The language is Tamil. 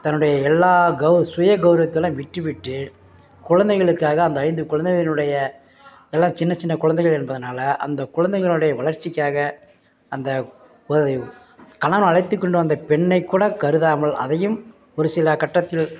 தன்னுடைய எல்லா கௌ சுய கௌரவத்தைலாம் விட்டுவிட்டு குழந்தைகளுக்காக அந்த ஐந்து குழந்தைகளினுடைய எல்லாம் சின்ன சின்ன குழந்தைகள் என்பதுனால் அந்த குழந்தைங்களுடைய வளர்ச்சிக்காக அந்த கணவன் அழைத்துக்கொண்டு வந்த பெண்ணைக்கூட கருதாமல் அதையும் ஒரு சில கட்டத்தில்